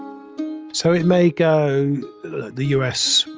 so it may go the us,